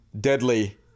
deadly